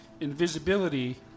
invisibility